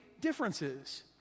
differences